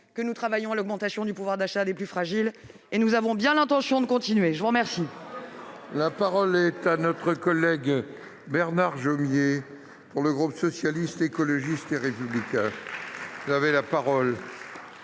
que nous travaillons à l'augmentation du pouvoir d'achat des plus fragiles et nous avons bien l'intention de continuer. La parole est à M. Bernard Jomier, pour le groupe Socialiste, Écologiste et Républicain. Monsieur le